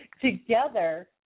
together